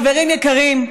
חברים יקרים,